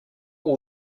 will